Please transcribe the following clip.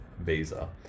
visa